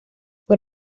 fue